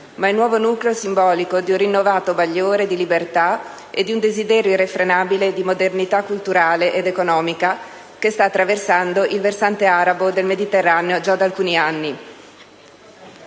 ma il nuovo nucleo simbolico di un rinnovato bagliore di libertà e di un desiderio irrefrenabile di modernità culturale ed economica che sta attraversando il versante arabo del Mediterraneo già da alcuni anni.